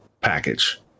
package